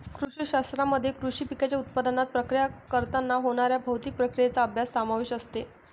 कृषी शास्त्रामध्ये कृषी पिकांच्या उत्पादनात, प्रक्रिया करताना होणाऱ्या भौतिक प्रक्रियांचा अभ्यास समावेश असते